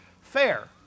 fair